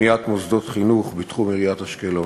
בבניית מוסדות חינוך בתחום עיריית אשקלון.